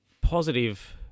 positive